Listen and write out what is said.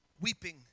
weeping